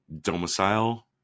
domicile